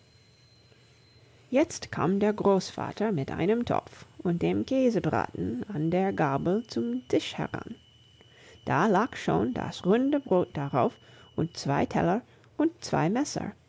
jetzt kam der großvater mit einem topf und dem käsebraten an der gabel zum tisch heran da lag schon das runde brot darauf und zwei teller und zwei messer